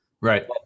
right